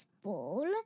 Ball